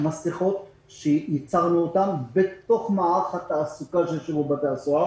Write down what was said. מסכות אותן ייצרנו בתוך מערך התעסוקה של שירות בתי הסוהר,